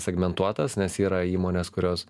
segmentuotas nes yra įmonės kurios